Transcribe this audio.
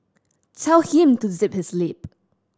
tell him to zip his lip